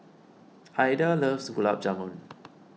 Ilda loves Gulab Jamun